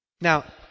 Now